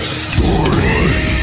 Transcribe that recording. story